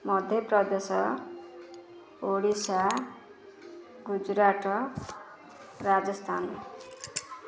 Madhya Pradesh Odisha Gujarat Rajasthan